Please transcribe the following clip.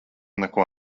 neko